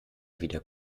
wieder